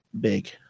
big